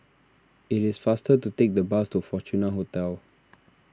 it is faster to take the bus to Fortuna Hotel